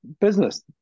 business